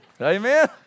Amen